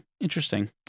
Interesting